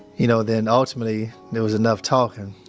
you know, then ultimately, there was enough talking.